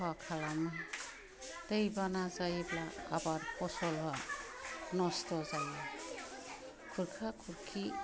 खहा खालामो दै बाना जायोब्ला आबाद फसला नस्थ' जायो खुरखा खुरखि